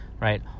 right